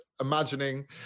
imagining